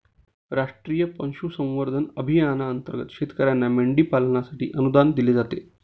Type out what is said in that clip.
राष्ट्रीय पशुसंवर्धन अभियानांतर्गत शेतकर्यांना मेंढी पालनासाठी अनुदान दिले जाते